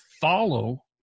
follow